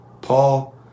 Paul